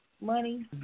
money